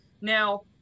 now